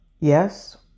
Yes